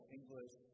English